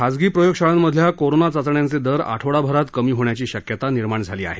खासगी प्रयोगशाळातल्या कोरोना चाचण्यांचे दर आठवडाभरात कमी होण्याची शक्यता निर्माण झाली आहे